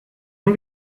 nur